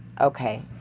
Okay